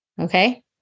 Okay